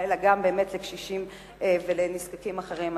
אלא גם באמת לקשישים ולנזקקים אחרים.